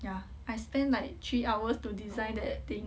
yeah I spent like three hours to design that thing